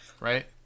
right